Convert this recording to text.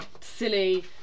silly